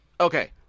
okay